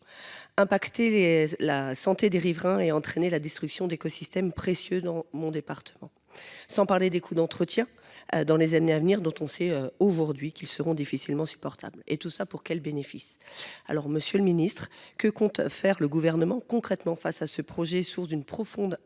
affectera la santé des riverains et provoquera la destruction d’écosystèmes précieux dans mon département – sans parler des coûts d’entretien dans les années à venir, dont on sait aujourd’hui qu’ils seront difficilement supportables. Pour quels bénéfices ? Monsieur le ministre, que compte faire concrètement le Gouvernement face à ce projet, source d’une profonde